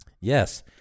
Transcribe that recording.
Yes